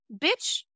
Bitch